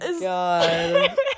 God